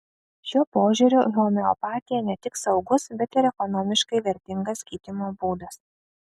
šiuo požiūriu homeopatija ne tik saugus bet ir ekonomiškai vertingas gydymo būdas